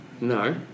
no